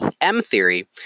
M-theory